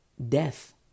death